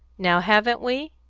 now haven't we?